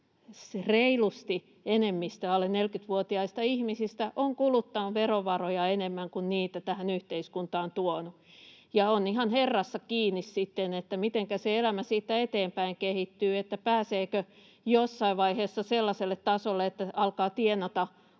reilusti enemmistö alle 40-vuotiaista ihmisistä, on kuluttanut verovaroja enemmän kuin niitä tähän yhteiskuntaan on tuonut, ja on ihan herrassa kiinni sitten, mitenkä se elämä siitä eteenpäin kehittyy, pääseekö jossain vaiheessa sellaiselle tasolle, että alkaa tienata